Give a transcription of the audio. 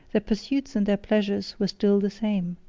their pursuits and their pleasures, were still the same.